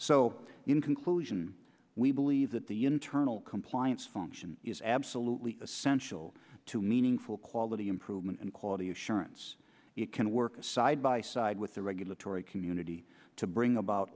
so in conclusion we believe that the internal compliance function is absolutely essential to meaningful quality improvement and quality assurance it can work side by side with the regulatory community to bring about